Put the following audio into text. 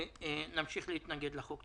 ונמשיך להתנגד לחוק.